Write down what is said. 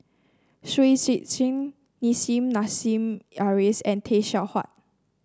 Shui Tit Sing Nissim Nassim Adis and Tay Seow Huah